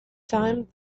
time